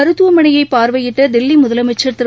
மருத்துவமனையை பார்வையிட்ட தில்லி முதலமைச்சர் திரு